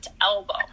elbow